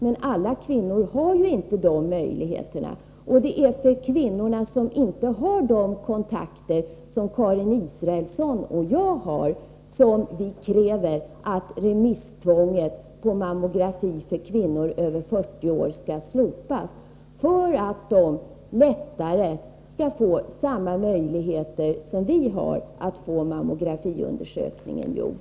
Men alla kvinnor har inte dessa möjligheter, och det är för kvinnorna som inte har de kontakter som Karin Israelsson och jag har som vi kräver att remisstvånget på mammografi för kvinnor över 40 år skall slopas, för att de lättare skall ha samma möjligheter som vi har att få mammografiundersökningen gjord.